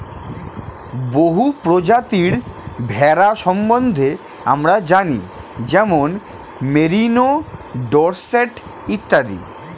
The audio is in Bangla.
বহু প্রজাতির ভেড়া সম্বন্ধে আমরা জানি যেমন মেরিনো, ডোরসেট ইত্যাদি